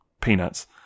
Peanuts